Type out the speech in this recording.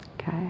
Okay